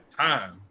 time